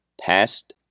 past